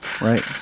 right